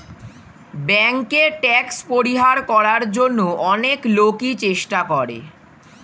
ব্যাংকে ট্যাক্স পরিহার করার জন্য অনেক লোকই চেষ্টা করে